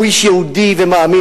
הוא איש יהודי ומאמין,